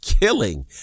killing